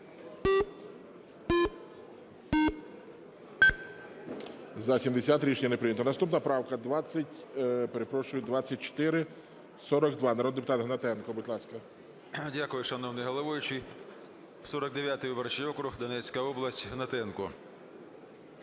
Дякую, шановний головуючий. 49 виборчий округ, Донецька область, Гнатенко.